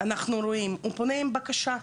אנחנו רואים שהוא פונה עם בקשה.